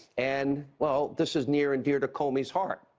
and, well, this is near and dear to comey's heart.